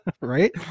Right